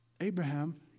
Abraham